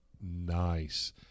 Nice